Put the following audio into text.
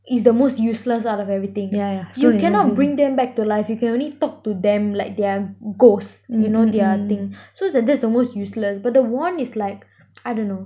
is the most useless out of everything you cannot bring them back to life you can only talk to them like their ghost you know their thing so that that's the most useless but the wand is like I dunno